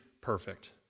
perfect